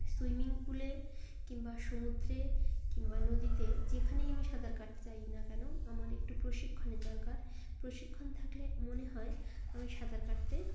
swimming পুলে কিংবা সমুদ্রে কিংবা নদীতে যেখানেই আমি সাঁতার কাটতে যাই না কেন আমার একটু প্রশিক্ষণের দরকার প্রশিক্ষণ থাকলে মনে হয় আমি সাঁতার কাটতে